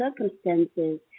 circumstances